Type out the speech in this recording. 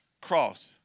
cross